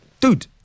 Dude